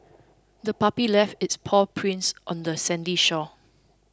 the puppy left its paw prints on the sandy shore